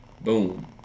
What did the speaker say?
boom